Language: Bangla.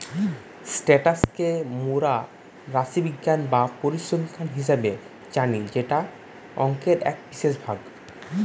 স্ট্যাটাস কে মোরা রাশিবিজ্ঞান বা পরিসংখ্যান হিসেবে জানি যেটা অংকের এক বিশেষ ভাগ